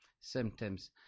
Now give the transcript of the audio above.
symptoms